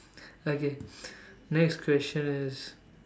okay next question is